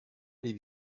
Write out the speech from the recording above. les